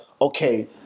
okay